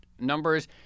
numbers